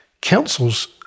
councils